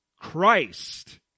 Christ